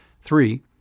three